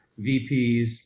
VPs